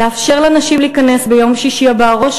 לאפשר לנשים להיכנס ביום שישי הבא,